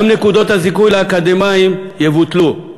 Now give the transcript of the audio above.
גם נקודות הזיכוי לאקדמאים יבוטלו.